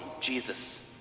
Jesus